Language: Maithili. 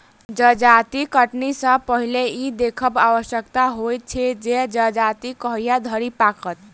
जजाति कटनी सॅ पहिने ई देखब आवश्यक होइत छै जे जजाति कहिया धरि पाकत